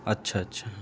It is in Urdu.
اچھا اچھا